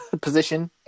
position